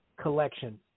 collection